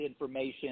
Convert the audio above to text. information